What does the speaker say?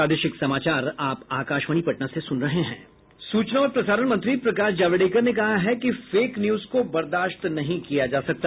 सूचना और प्रसारण मंत्री प्रकाश जावड़ेकर ने कहा है कि फेक न्यूज को बर्दाश्त नहीं किया जा सकता